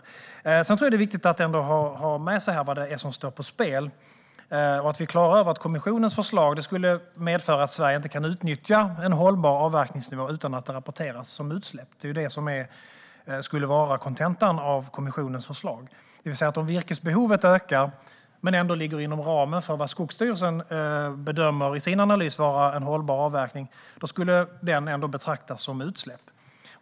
Jag tror att det är viktigt att ändå ha med sig vad det är som står på spel och att vi är klara över att kommissionens förslag skulle medföra att Sverige inte kan utnyttja en hållbar avverkningsnivå utan att det rapporteras som utsläpp. Det är det som skulle vara kontentan av kommissionens förslag: Om virkesbehovet ökar men ändå ligger inom ramen för vad Skogsstyrelsen i sin analys bedömer vara en hållbar avverkning skulle det ändå betraktas som utsläpp.